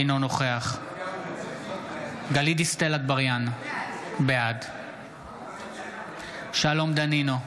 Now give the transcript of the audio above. אינו נוכח גלית דיסטל אטבריאן, בעד שלום דנינו,